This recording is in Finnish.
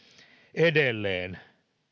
edelleen